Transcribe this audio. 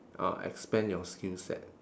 uh expand your skill set